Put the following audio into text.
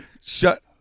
Shut